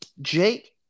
Jake